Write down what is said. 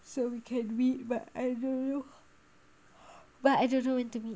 so we can meet but I don't know but I don't know when too meet